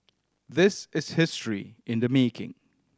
this is history in the making